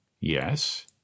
Yes